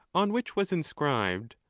on which was inscribed,